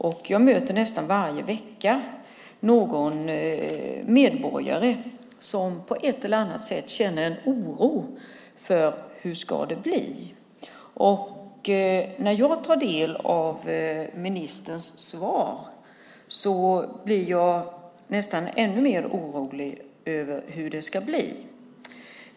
Nästan varje vecka möter jag någon medborgare som på ett eller annat sätt känner oro för hur det ska bli. När jag tar del av ministerns svar blir jag nästan ännu mer orolig över hur det ska bli.